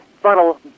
funnel